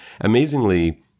amazingly